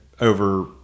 over